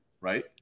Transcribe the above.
right